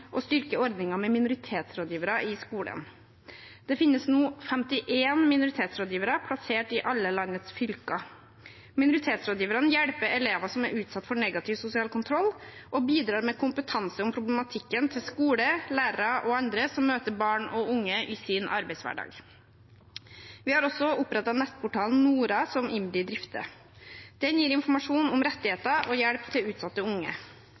styrke ordningen med minoritetsrådgivere i skolen. Det finnes nå 51 minoritetsrådgivere, plassert i alle landets fylker. Minoritetsrådgiverne hjelper elever som er utsatt for negativ sosial kontroll, og bidrar med kompetanse om problematikken til skole, lærere og andre som møter barn og unge i sin arbeidshverdag. Vi har også opprettet nettportalen Nora, som IMDi drifter. Den gir informasjon om rettigheter og hjelp til utsatte unge.